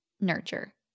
nurture